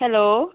hello